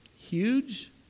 Huge